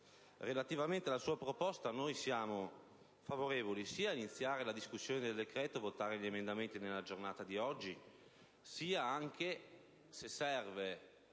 relativamente alla sua proposta siamo favorevoli sia ad iniziare la discussione del decreto e a votare gli emendamenti nella giornata di oggi, sia - se serve